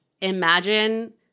imagine